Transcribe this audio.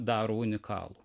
daro unikalų